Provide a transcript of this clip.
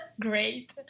Great